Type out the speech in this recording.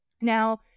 Now